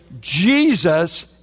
Jesus